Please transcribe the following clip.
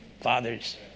fathers